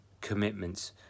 commitments